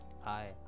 hi